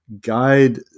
guide